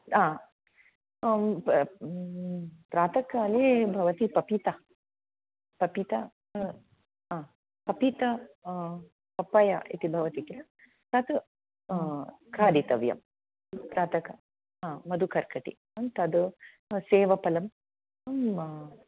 ह प्रातःकाले भवती पपीता पपीता हा पपीत अप्पय इति भवति किल तत् खादितव्यं प्रातः हा मधुकर्कटि तद् सेवपलम्